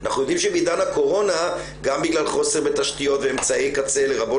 למרות שאנחנו מדברים על מיעוט ילדי הרצון ללמוד